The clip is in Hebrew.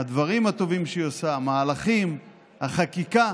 הדברים הטובים שהיא עושה, מהלכים, חקיקה